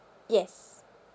yes